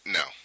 no